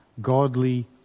godly